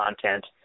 content